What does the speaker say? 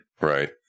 Right